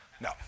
No